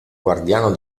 guardiano